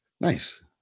Nice